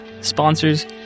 sponsors